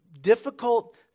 difficult